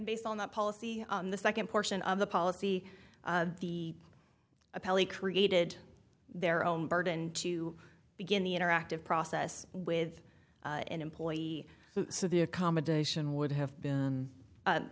based on that policy the second portion of the policy the appellee created their own burden to begin the interactive process with an employee so the accommodation would have been